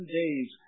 days